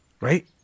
right